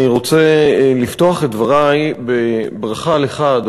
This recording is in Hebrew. אני רוצה לפתוח את דברי בברכה לך,